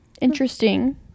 interesting